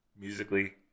Musically